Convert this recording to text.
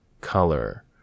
color